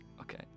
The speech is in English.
okay